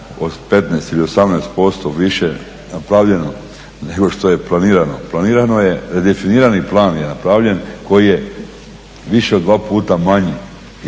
od 15 ili 18% više napravljeno nego što je planirano. Planirano je, redefinirani plan je napravljen koji je više od dva puta manji